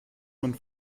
man